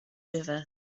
river